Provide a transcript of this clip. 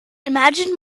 imagined